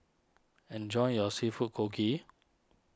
enjoy your Seafood Congee